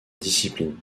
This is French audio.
discipline